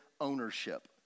ownership